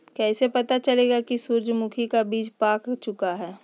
कैसे पता चलेगा की सूरजमुखी का बिज पाक चूका है?